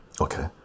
okay